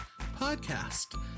Podcast